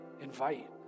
invite